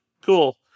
Cool